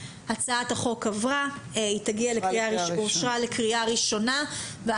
הצעת החוק אושרה לקריאה ראשונה.